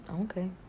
Okay